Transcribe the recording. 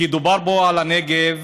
כי דובר פה על הנגב